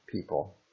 people